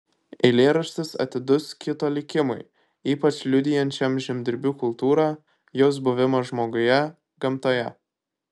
eilėraštis atidus kito likimui ypač liudijančiam žemdirbių kultūrą jos buvimą žmoguje gamtoje